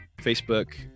facebook